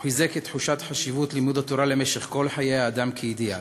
הוא חיזק את תחושת חשיבות לימוד התורה למשך כל חיי האדם כאידיאל.